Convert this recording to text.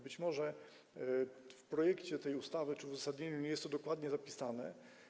Być może w projekcie tej ustawy czy w uzasadnieniu nie jest to dokładnie zapisane.